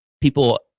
people